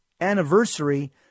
anniversary